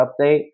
update